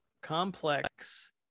complex